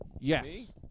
Yes